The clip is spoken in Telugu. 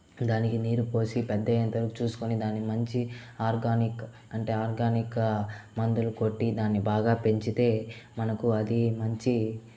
దానికి నీరు పోసి పెద్దయ్యేంత వరుకు చూసుకొని దానికి మంచి ఆర్గానిక్ అంటే ఆర్గానికా మందులు కొట్టి దాని బాగా పెంచితే మనకు అది మంచి